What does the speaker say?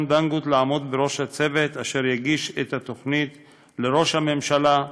דנגוט לעמוד בראש הצוות אשר יגיש את התוכנית לראש הממשלה,